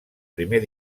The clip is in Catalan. primer